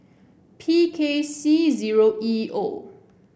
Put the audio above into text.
P K C zero E O